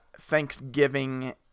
Thanksgiving